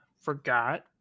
forgot